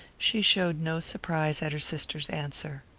she showed no surprise at her sister's answer.